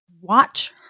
watch